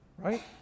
Right